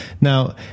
Now